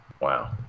Wow